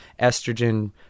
estrogen